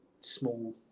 small